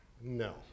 No